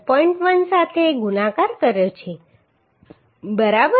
1 સાથે ગુણાકાર કર્યો છે બરાબર